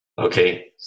Okay